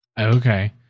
Okay